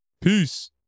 Peace